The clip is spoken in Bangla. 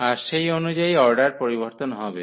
আর সেই অনুযায়ী অর্ডার পরিবর্তন হবে